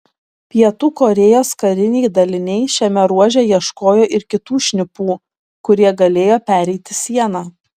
pietų korėjos kariniai daliniai šiame ruože ieškojo ir kitų šnipų kurie galėjo pereiti sieną